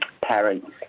parents